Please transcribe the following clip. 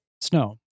Snow